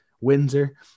windsor